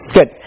Good